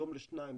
היום לשניים,